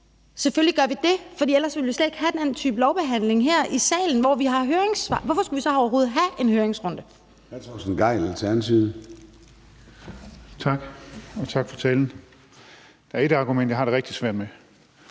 Selvfølgelig gør vi det, for ellers ville vi slet ikke have den type lovbehandling her i salen, hvor vi har høringssvar. Hvorfor skulle vi så overhovedet have en høringsrunde?